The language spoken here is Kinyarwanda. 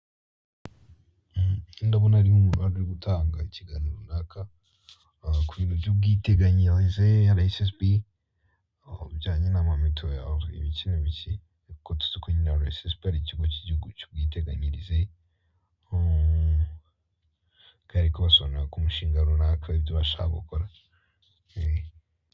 Aratanga ikiganiro runaka kubyo kwiteganyiriza bijyanye na RSSB, mitiwere, akaba ari kubasobanurira kumushinga runaka bagiye gukora.